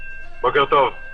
בוקר טוב.